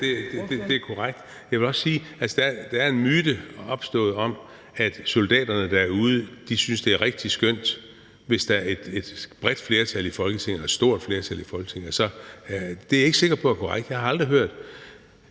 det er korrekt. Jeg vil også sige, at der er opstået en myte om, at soldaterne derude synes, det er rigtig skønt, hvis der er et stort og bredt flertal i Folketinget, men det er jeg ikke sikker på er korrekt. Jeg har aldrig hørt